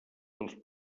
dels